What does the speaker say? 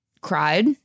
cried